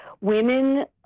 women